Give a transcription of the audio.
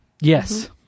yes